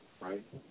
Right